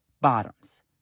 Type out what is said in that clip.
bottoms